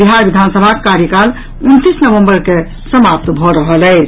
बिहार विधानसभाक कार्यकाल उनतीस नवम्बर के समाप्त भऽ रहल अछि